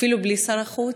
אפילו בלי שר החוץ.